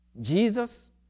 Jesus